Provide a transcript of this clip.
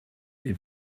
est